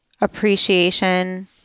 appreciation